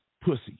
pussy